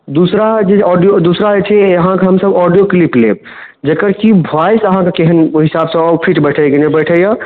दोसर जे ऑडिओ दोसर जे छै अहाँके हमसब ऑडिओ क्लिप लेब जकर कि वॉइस अहाँके केहन अइ ओहि हिसाबसँ ठीक बैठैए कि नहि बैठैए